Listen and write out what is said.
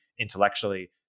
intellectually